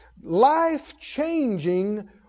life-changing